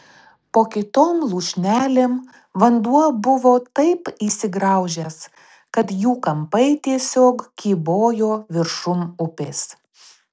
po kitom lūšnelėm vanduo buvo taip įsigraužęs kad jų kampai tiesiog kybojo viršum upės